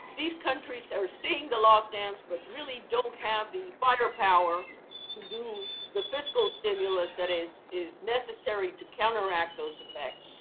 these countries are seeing the lockdowns, but really don't have the firepower to do the fiscal stimulus that is is necessary to counteract those effects.